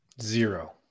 Zero